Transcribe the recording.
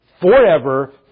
forever